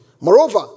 Moreover